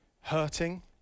Hurting